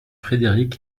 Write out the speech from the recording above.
frédéric